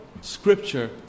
Scripture